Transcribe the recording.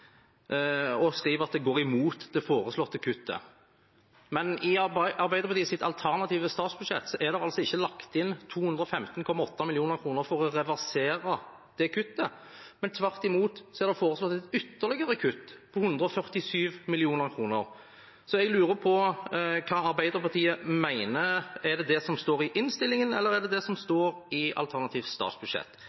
og skriver at de går imot det foreslåtte kuttet. Men i Arbeiderpartiets alternative statsbudsjett er det ikke lagt inn 215,8 mill. kr for å reversere det kuttet, tvert imot er det foreslått et ytterligere kutt på 147 mill. kr. Jeg lurer på hva Arbeiderpartiet mener – er det det som står i innstillingen, eller er det det som står i alternativt statsbudsjett?